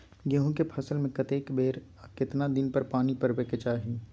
गेहूं के फसल मे कतेक बेर आ केतना दिन पर पानी परबाक चाही?